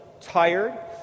tired